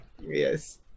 Yes